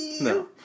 No